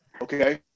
okay